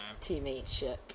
Teammateship